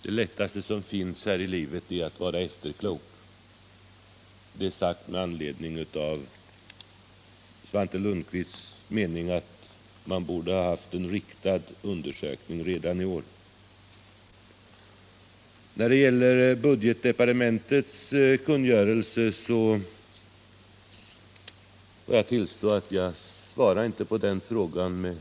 Det lättaste som finns här i livet är att vara efterklok — detta sagt med anledning av Svante Lundkvists mening att man borde ha haft en riktad undersökning redan i år. Vad beträffar frågan om budgetdepartementets kungörelse får jag tillstå att det var med flit som jag inte svarade på den.